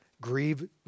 Grieve